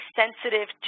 sensitive